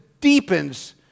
deepens